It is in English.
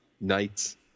nights